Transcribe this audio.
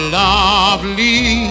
lovely